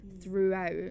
throughout